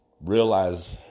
realize